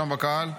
שם בקהל.